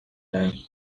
time